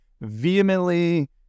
vehemently